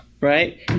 right